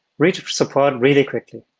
reached support really quickly.